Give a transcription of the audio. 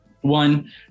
one